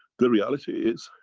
the reality is,